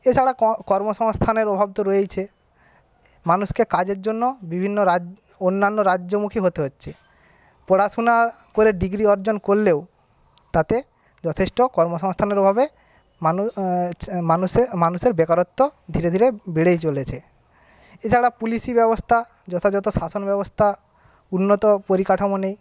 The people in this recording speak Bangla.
এছাড়া কর্মসংস্থানের অভাব তো রয়েইছে মানুষকে কাজের জন্য বিভিন্ন অন্যান্য রাজ্যমুখী হতে হচ্ছে পড়াশুনা করে ডিগ্রি অর্জন করলেও তাতে যথেষ্ট কর্মসংস্থানের অভাবে মানুষের বেকারত্ব ধীরে ধীরে বেড়েই চলেছে এছাড়া পুলিশি ব্যবস্থা যথাযথ শাসনব্যবস্থা উন্নত পরিকাঠামো নেই